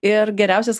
ir geriausias